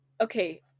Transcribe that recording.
Okay